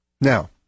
Now